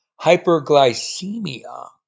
hyperglycemia